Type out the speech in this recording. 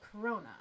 corona